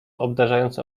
obdarzając